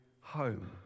home